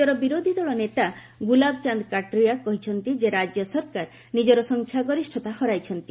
ରାଜ୍ୟର ବିରୋଧୀଦଳ ନେତା ଗ୍ରଲାବଚାନ୍ଦ କାଟରିଆ କହିଛନ୍ତି ଯେ ରାଜ୍ୟ ସରକାର ନିଜର ସଂଖ୍ୟାଗରିଷ୍ଠତା ହରାଇଛନ୍ତି